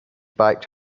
biked